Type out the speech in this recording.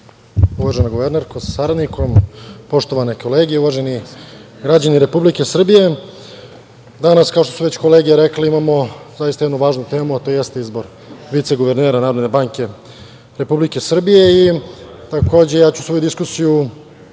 guvernerko sa saradnikom, poštovane kolege, uvaženi građani Republike Srbije, danas, kao što su već kolege rekle, imamo jednu zaista važnu temu, to jeste reizbor viceguvernera Narodne banke Republike Srbije. Takođe, ja ću svoju diskusiju